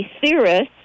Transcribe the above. theorists